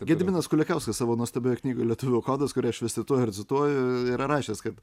gediminas kulikauskas savo nuostabioje knygoje lietuvio kodas kurią aš vis cituoju ir cituoju yra rašęs kad